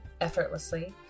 effortlessly